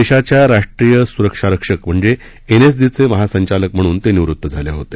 देशाच्या राष्ट्रीय सुरक्षा रक्षक म्हणजे एनएसजीचे महासंचालक म्हणून ते निवृत झाले होते